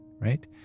right